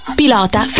pilota